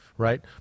Right